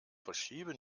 verschiebe